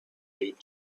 read